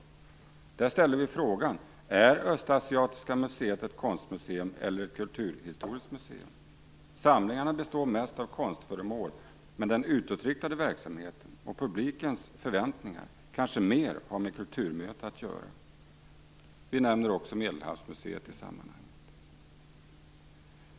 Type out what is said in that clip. Där ställde vi frågan: Är Östasiatiska museet ett konstmuseum eller ett kulturhistoriskt museum? Samlingarna består mest av konstföremål, men den utåtriktade verksamheten, och publikens förväntningar, har kanske mer med kulturmöte att göra. Vi nämnde också Medelhavsmuseet i det sammanhanget.